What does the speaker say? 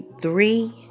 three